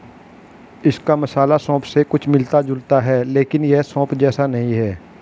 इसका मसाला सौंफ से कुछ मिलता जुलता है लेकिन यह सौंफ जैसा नहीं है